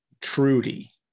Trudy